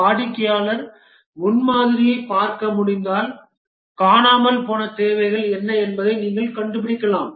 வாடிக்கையாளர் முன்மாதிரியைப் பார்க்க முடிந்தால் காணாமல் போன தேவைகள் என்ன என்பதை நீங்கள் கண்டுபிடிக்கலாம்